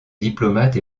diplomate